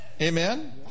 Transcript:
Amen